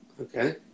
Okay